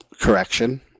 correction